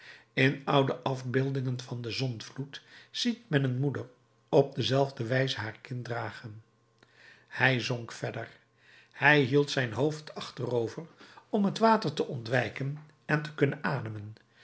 in oude afbeeldingen van den zondvloed ziet men een moeder op dezelfde wijze haar kind dragen hij zonk verder hij hield zijn hoofd achterover om t water te ontwijken en te kunnen ademen